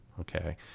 okay